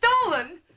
stolen